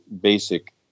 basic